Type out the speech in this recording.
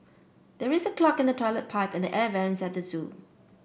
there is a clog in the toilet pipe and the air vents at the zoo